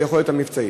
על היכולת המבצעית.